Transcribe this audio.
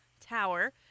tower